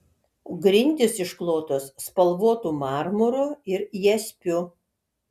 grindys išklotos spalvotu marmuru ir jaspiu